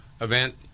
event